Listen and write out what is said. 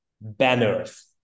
banners